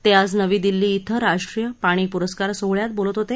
ते आज नवी दिल्ली इथं राष्ट्रीय पाणी पुरस्कार सोहळ्यात बोलत होते